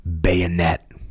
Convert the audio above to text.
bayonet